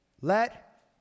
Let